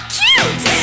cute